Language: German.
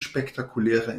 spektakulärer